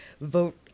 vote